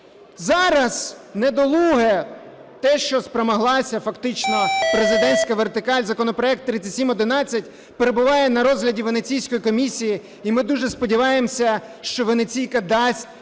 Зараз недолуге, те, на що спромоглась фактично президентська вертикаль, законопроект 3711 перебуває на розгляді Венеційської комісії. І ми дуже сподіваємось, що "венеційка" дасть